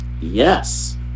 Yes